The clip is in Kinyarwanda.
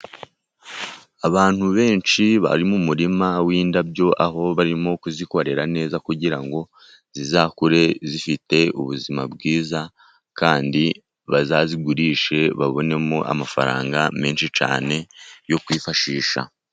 Abantu benshi bari mu murima w'indabyo, aho barimo kuzikorera neza, kugira ngo zizakure zifite ubuzima bwiza, kandi bazazigurishe, babonemo amafaranga menshi cyane, yo kwifashisha.